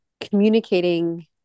communicating